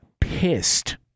pissed